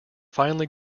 finely